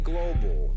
Global